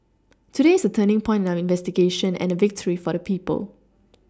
today is a turning point in our investigation and a victory for the people